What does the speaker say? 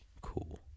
cool